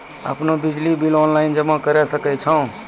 आपनौ बिजली bill online जमा करै सकै छौ?